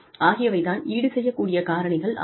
ஆகியவை தான் ஈடு செய்யக்கூடிய காரணிகள் ஆகும்